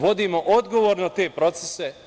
Vodimo odgovorno te procese.